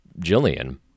Jillian